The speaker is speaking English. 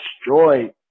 destroyed